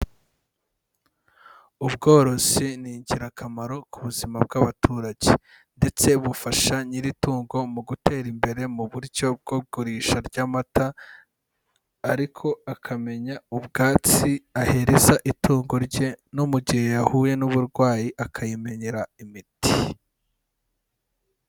Ubworozi ni ingirakamaro ku buzima bw'abaturage, ndetse bufasha nyiri itungo mu gutera imbere mu buryo bw'igurisha ry'amata, ariko akamenya ubwatsi ahereza itungo rye, no mu gihe yahuye n'uburwayi akayimenyera imiti.